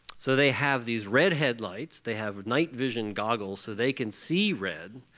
so they have these red headlights. they have night-vision goggles so they can see red,